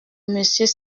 monsieur